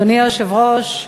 אדוני היושב-ראש,